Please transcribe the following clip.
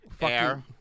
Air